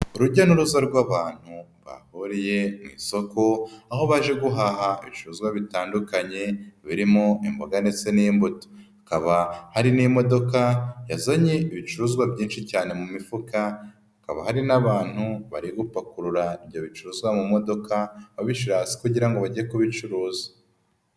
Urujya n'uruza rw'abantu bahuriye mu isoko, aho baje guhaha ibicuruzwa bitandukanye birimo imboga ndetse n'imbuto, hakaba hari n'imodoka yazanye ibicuruzwa byinshi cyane mu mifuka, hakaba hari n'abantu bari gupakurura ibyo bicuruzwa mu modoka, babirashira kugira ngo bajye kubicuruza.